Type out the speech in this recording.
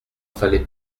fallait